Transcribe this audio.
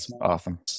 awesome